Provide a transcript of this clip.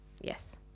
Yes